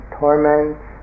torments